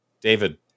David